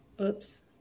oops